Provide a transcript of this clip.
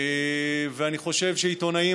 ואני חושב שעיתונאים,